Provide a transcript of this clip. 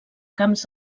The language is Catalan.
camps